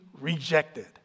rejected